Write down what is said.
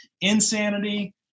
insanity